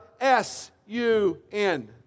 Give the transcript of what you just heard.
S-U-N